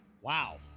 wow